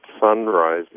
sunrise